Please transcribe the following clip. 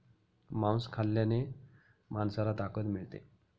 मांस खाल्ल्याने माणसाला ताकद मिळते